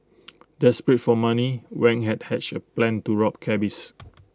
desperate for money Wang had hatched A plan to rob cabbies